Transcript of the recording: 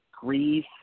Greece